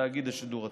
תאגיד השידור הציבורי.